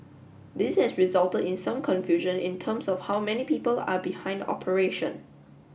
this has resulted in some confusion in terms of how many people are behind the operation